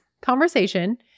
conversation